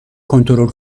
کنترل